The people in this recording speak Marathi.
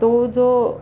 तो जो